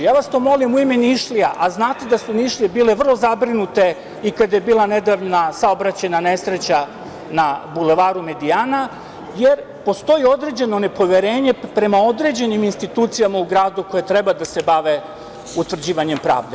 Ja vas to molim u ime Nišlija, a znate da su Nišlije bile vrlo zabrinute i kada je bila nedavna saobraćajna nesreća na Bulevaru Medijana, jer postoji određeno nepoverenje prema određenim institucijama u gradu koje treba da se bave utvrđivanjem pravde.